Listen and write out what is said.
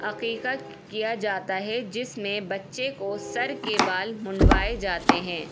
عقیقہ کیا جاتا ہے جس میں بچے کو سر کے بال منڈوائے جاتے ہیں